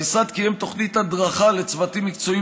המשרד קיים תוכנית הדרכה לצוותים מקצועיים